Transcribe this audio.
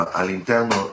all'interno